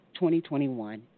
2021